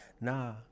Nah